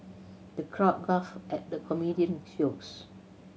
the crowd guffawed at the comedian's jokes